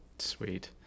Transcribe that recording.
Sweet